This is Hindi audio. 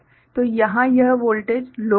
तो यहाँ यह वोल्टेज लो होगा